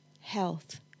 health